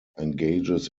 engages